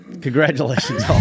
Congratulations